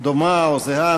דומה או זהה,